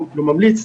לא ממליץ.